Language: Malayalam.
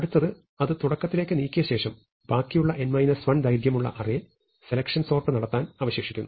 അടുത്തത് അത് തുടക്കത്തിലേക്ക് നീക്കിയ ശേഷം ബാക്കിയുള്ള n 1 ദൈർഘ്യമുള്ള അറേ സെലക്ഷൻ സോർട്ട് നടത്താൻ അവശേഷിക്കുന്നു